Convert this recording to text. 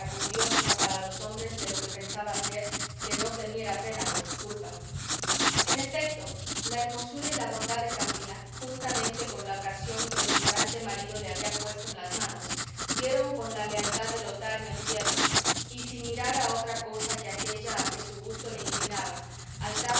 con dios como para con los hombres de lo que pensaba hacer que no temiera pena por su culpa en efecto la hermosura y la bondad de camila juntamente con la ocasión que el ignorante marido le había puesto en las manos dieron con la lealtad de lotario en tierra y sin mirar a otra cosa que aquella a que su gusto le inclinaba al